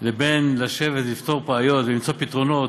לבין לשבת ולפתור בעיות ולמצוא פתרונות,